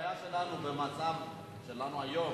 הבעיה שלנו במצב שלנו היום,